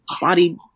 body